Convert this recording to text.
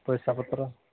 ପଇସା ପତ୍ର